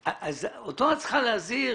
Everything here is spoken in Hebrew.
אותו את צריכה להזהיר?